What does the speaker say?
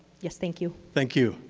yes, thank you. thank you.